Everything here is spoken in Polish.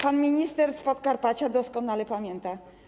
Pan minister z Podkarpacia doskonale pamięta.